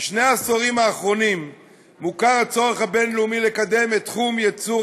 בשני העשורים האחרונים מוכר הצורך הבין-לאומי לקדם את תחום ייצור